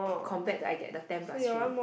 compared to I get the ten plus three